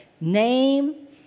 name